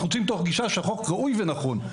אנחנו יוצאים מתוך גישה שהחוק ראוי ונכון.